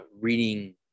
reading